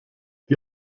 die